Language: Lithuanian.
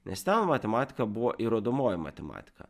nes ten matematika buvo įrodomoji matematika